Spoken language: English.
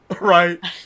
right